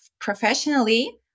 professionally